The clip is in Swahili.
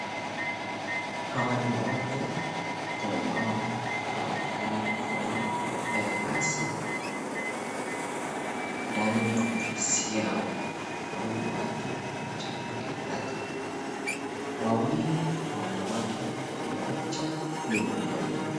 Hawa ni watu ambao wanaonekana kufanya kazi ndani ya ofisi yao ,hawa ni watu moja, mbili, tatu, wawili wanawake , mmoja ni mwanaume.